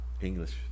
English